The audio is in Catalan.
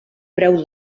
peu